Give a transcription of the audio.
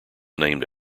named